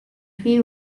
pre